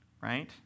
right